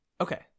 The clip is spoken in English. Okay